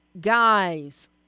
guys